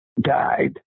died